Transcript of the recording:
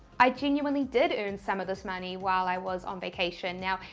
i genuinely did earn some of this money while i was on vacation. now,